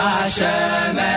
Hashem